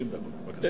30 דקות לרשותך.